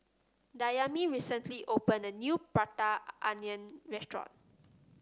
Dayami recently opened a new Prata Onion restaurant